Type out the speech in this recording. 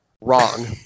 Wrong